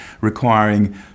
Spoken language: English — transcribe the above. requiring